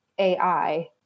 AI